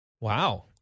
Wow